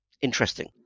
Interesting